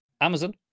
amazon